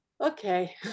okay